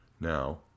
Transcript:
Now